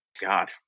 God